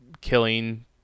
killing